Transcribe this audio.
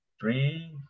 three